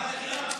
אדוני היושב-ראש.